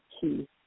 key